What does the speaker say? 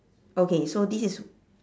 okay so this is